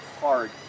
hard